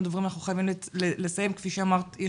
דברים ואנחנו חייבים לסיים כפי שאמרת,